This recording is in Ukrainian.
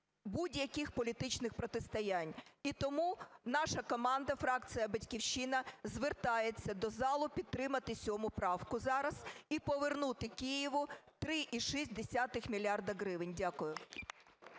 будь-яких політичних протистоянь. І тому наша команда, фракція "Батьківщина" звертається до залу: підтримати 7 правку зараз, і повернути Києву 3,6 мільярда гривень. Дякую.